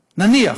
נניח.